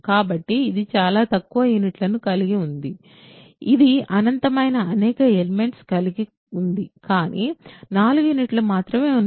కాబట్టి ఇది చాలా తక్కువ యూనిట్లను కలిగి ఉంది ఇది అనంతమైన అనేక ఎలిమెంట్స్ కలిగి ఉంది కానీ 4 యూనిట్లు మాత్రమే ఉన్నాయి